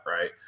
right